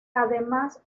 además